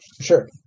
Sure